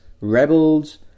rebels